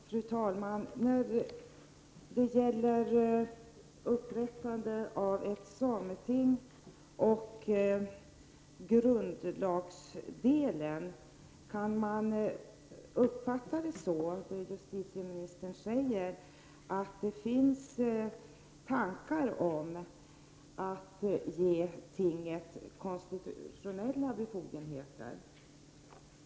Fru talman! När det gäller grundlagsdelen i samband med upprättandet av ett sameting undrar jag om det som justitieministern säger innebär att det finns tankar om att ge tinget konstitutionella befogenheter.